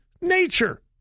nature